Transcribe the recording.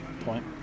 point